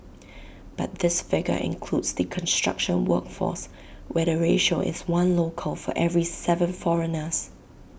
but this figure includes the construction workforce where the ratio is one local for every Seven foreigners